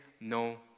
no